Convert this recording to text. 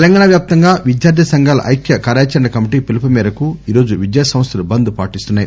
తెలంగాణ వ్యాప్తంగా విద్యార్థి సంఘాల ఐక్య కార్యాచరణ కమిటీ పిలుపు మేరకు ఈ రోజు విద్యా సంస్లలు బంద్ పాటిస్తున్నాయి